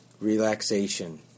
Relaxation